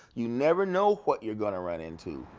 you never know what you're going to run into.